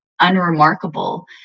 unremarkable